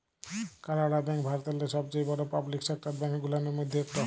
কালাড়া ব্যাংক ভারতেল্লে ছবচাঁয়ে বড় পাবলিক সেকটার ব্যাংক গুলানের ম্যধে ইকট